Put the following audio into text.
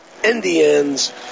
Indians